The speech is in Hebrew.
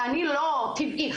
ואני לא חשודה